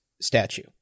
statue